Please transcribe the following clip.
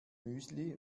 müsli